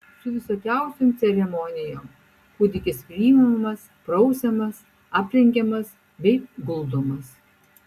su visokiausiom ceremonijom kūdikis priimamas prausiamas aprengiamas bei guldomas